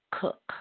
cook